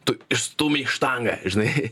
tu išstūmei štangą žinai